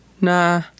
nah